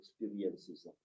experiences